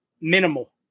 minimal